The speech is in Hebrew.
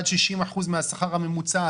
עד 60% מהשכר הממוצע,